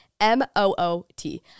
M-O-O-T